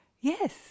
Yes